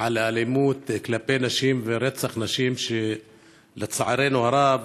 על האלימות כלפי נשים ורצח נשים, שלצערנו הרב